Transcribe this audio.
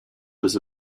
was